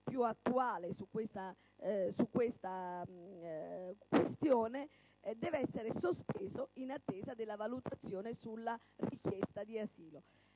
più attuale su tale questione, deve essere sospeso in attesa della valutazione sulla richiesta di asilo.